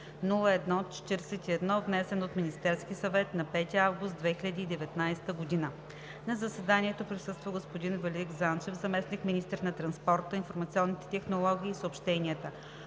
902-01-41, внесен от Министерския съвет на 5 август 2019 г. На заседанието присъства господин Велик Занчев – заместник-министър на транспорта, информационните технологии и съобщенията,